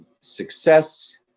success